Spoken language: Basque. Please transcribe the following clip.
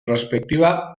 prospektiba